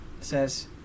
says